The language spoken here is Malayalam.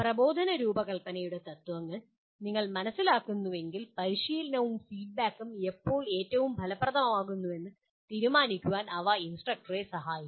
പ്രബോധന രൂപകൽപ്പനയുടെ തത്ത്വങ്ങൾ നിങ്ങൾ മനസിലാക്കുന്നുവെങ്കിൽ പരിശീലനവും ഫീഡ്ബാക്കും എപ്പോൾ ഏറ്റവും ഫലപ്രദമാകുമെന്ന് തീരുമാനിക്കാൻ അവ ഇൻസ്ട്രക്ടറെ സഹായിക്കും